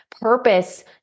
purpose